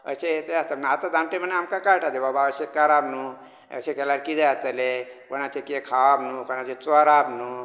अशें तें हें आसता न्हू आतां तें आमकां जाण्टेपणांत कळटा की अशें बाबा कराप न्हूं अशें केल्यार कितें जातलें कोणाचें कितें खावप न्हूं कोणाचें कितें चोराप न्हूं